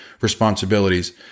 responsibilities